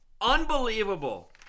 Unbelievable